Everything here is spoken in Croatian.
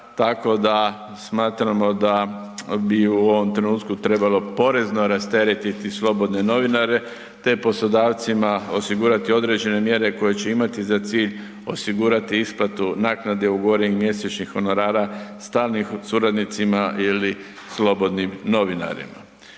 tako da smatramo da bi u ovom trenutku trebalo porezno rasteretiti slobodne novinare, te poslodavcima osigurati određene mjere koje će imati za cilj osigurati isplatu naknade ugovorenih mjesečnih honorara stalnim suradnicima ili slobodnim novinarima.